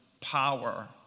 power